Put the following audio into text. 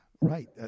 Right